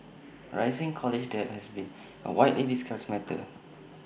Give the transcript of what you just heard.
rising college debt has been A widely discussed matter